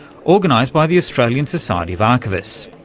organised by the australian society of archivists.